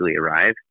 arrive